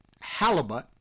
Halibut